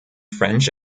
french